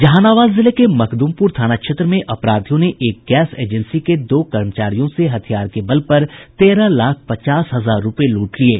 जहानाबाद जिले के मखद्मपूर थाना क्षेत्र में अपराधियों ने एक गैस एजेंसी के दो कर्मचारियों से हथियार के बल पर तेरह लाख पचास हजार रूपये लूट लिये